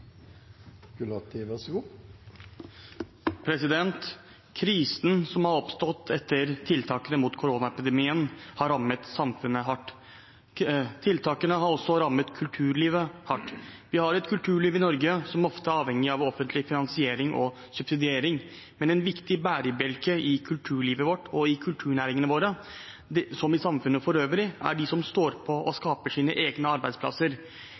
Krisen som har oppstått etter tiltakene mot koronaepidemien, har rammet samfunnet hardt. Tiltakene har også rammet kulturlivet hardt. Vi har et kulturliv i Norge som ofte er avhengig av offentlig finansiering og subsidiering, men en viktig bærebjelke i kulturlivet vårt og i kulturnæringene våre, som i samfunnet for øvrig, er de som står på og skaper sine egne arbeidsplasser,